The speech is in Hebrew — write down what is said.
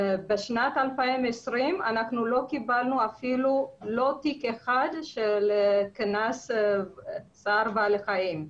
בשנת 2020 אנחנו לא קיבלנו אפילו לא תיק אחד של קנס צער בעלי חיים.